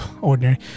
Ordinary